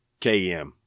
KM